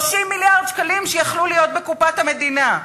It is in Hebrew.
30 מיליארד שקלים שהיו יכולים להיות בקופת המדינה.